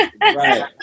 Right